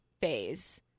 phase